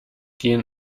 gehen